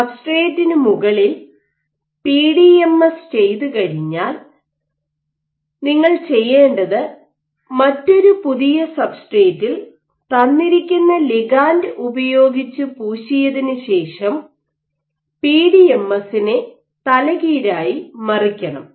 സബ്സ്ട്രേറ്റിനു മുകളിൽ പിഡിഎംഎസ് ചെയ്തുകഴിഞ്ഞാൽ നിങ്ങൾ ചെയ്യേണ്ടത് മറ്റൊരു പുതിയ സബ്സ്ട്രേറ്റിൽ തന്നിരിക്കുന്ന ലിഗാണ്ട് ഉപയോഗിച്ച് പൂശിയ ശേഷം പിഡിഎംഎസിനെ തലകീഴായി മറിക്കണം